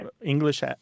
English